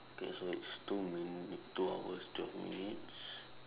okay so it's two minute two hours twelve minutes